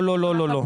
לא, לא.